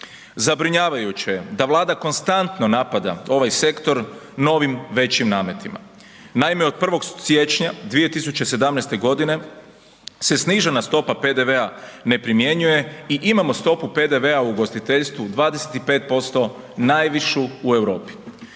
Zabrinjavajuće se da Vlada konstantno napada ovaj sektor novim većim nametima. Naime, od 1. siječnja 2017. godine se snižena stopa PDV-a ne primjenjuje i imamo stopu PDV-a u ugostiteljstvu, 25%, najvišu u Europi.